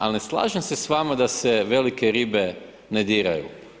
Ali ne slažem se s vama da se velike ribe ne diraju.